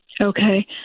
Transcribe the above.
Okay